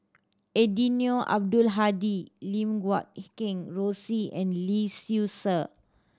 Eddino Abdul Hadi Lim Guat Kheng Rosie and Lee Seow Ser